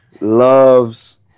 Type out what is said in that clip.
loves